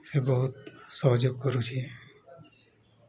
ସେ ବହୁତ ସହଯୋଗ କରୁଛି